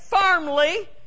firmly